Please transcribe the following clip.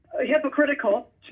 hypocritical